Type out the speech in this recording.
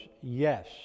yes